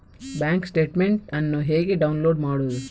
Bank statement ಅನ್ನು ಹೇಗೆ download ಮಾಡುವುದು?